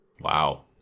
Wow